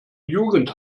jugend